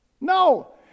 No